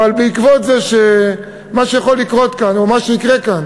אבל מה שיכול לקרות כאן או מה שיקרה כאן